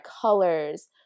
colors